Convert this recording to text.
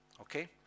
Okay